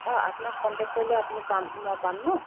অঁ আপোনাক কণ্টেক্ট কৰিলে আপুনি পাম মই পাম ন